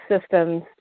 systems